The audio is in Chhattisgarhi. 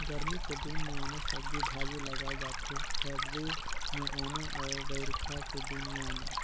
गरमी के दिन मे आने सब्जी भाजी लगाए जाथे सरदी मे आने अउ बइरखा के दिन में आने